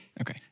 Okay